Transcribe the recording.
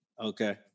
Okay